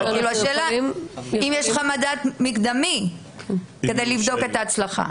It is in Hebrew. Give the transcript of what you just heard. אבל השאלה היא אם יש לך מדד מקדמי כדי לבדוק את ההצלחה.